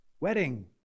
wedding